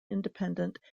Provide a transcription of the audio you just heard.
independent